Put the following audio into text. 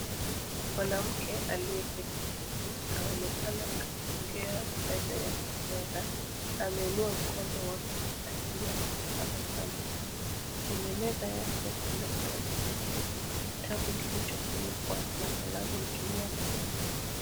Mwanamke aliyeketi chini aonekana akiongea mbele ya kamera. Ameinua mkono wake akiwa ametabasamu. Kwenye meza yake kuna tarakilishi na kitabu kilichofunikwa na kalamu juu yake.